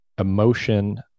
emotion